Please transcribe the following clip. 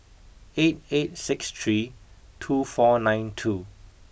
eight eight six three two four nine two